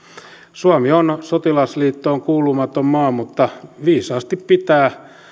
suomi on sotilasliittoon kuulumaton maa mutta viisaasti pitää